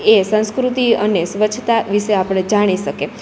એ સંસ્કૃતિ અને સ્વચ્છતા વિશે આપડે જાણી શકે